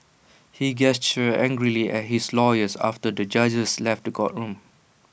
he gestured angrily at his lawyers after the judges left the courtroom